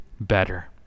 better